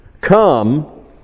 Come